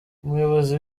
umuyobozi